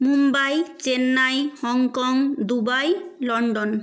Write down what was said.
Mumbai Chennai Hong Kong Dubai London